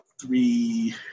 three